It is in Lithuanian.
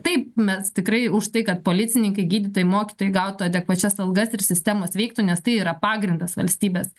taip mes tikrai už tai kad policininkai gydytojai mokytojai gautų adekvačias algas ir sistemos veiktų nes tai yra pagrindas valstybės